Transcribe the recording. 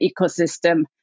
ecosystem